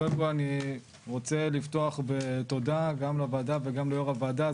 קודם כל אני רוצה לפתוח בתודה גם לוועדה וגם ליו"ר הוועדה.